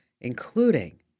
including